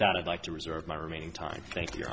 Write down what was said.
that i'd like to reserve my remaining time thank you